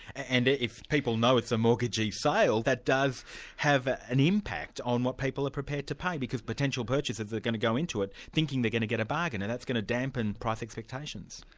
and if people know it's a mortgagee sale, that does have an impact on what people are prepared to pay, because potential purchasers are going to go in to it, thinking they're going to get a bargain, and that's going to dampen price expectations.